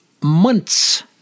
months